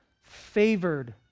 favored